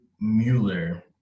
Mueller